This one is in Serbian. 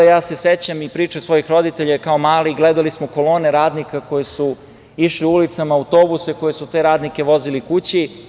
Ja se sećam i priče svojih roditelja, kao mali, gledali smo kolone radnika koji su išli ulicama, autobuse koje su te radnike vozili kući.